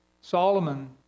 Solomon